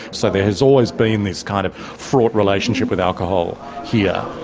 so there has always been this kind of fraught relationship with alcohol here.